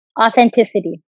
Authenticity